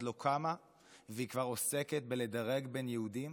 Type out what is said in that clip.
לא קמה והיא כבר עוסקת בלדרג בין יהודים,